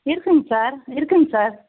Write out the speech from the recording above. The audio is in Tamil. இருக்குதுங்க சார் இருக்குதுங்க சார்